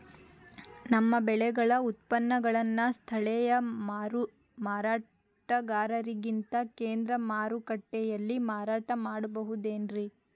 ನಮ್ಮ ಬೆಳೆಗಳ ಉತ್ಪನ್ನಗಳನ್ನ ಸ್ಥಳೇಯ ಮಾರಾಟಗಾರರಿಗಿಂತ ಕೇಂದ್ರ ಮಾರುಕಟ್ಟೆಯಲ್ಲಿ ಮಾರಾಟ ಮಾಡಬಹುದೇನ್ರಿ?